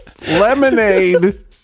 Lemonade